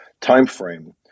timeframe